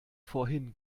vorhin